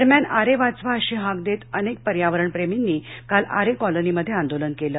दरम्यान आरे वाचवा अशी हाक देत अनेक पर्यावरण प्रेमींनी काल आरे कॉलनीमध्ये आंदोलन केलं